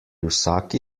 vsaki